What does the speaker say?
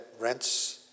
rents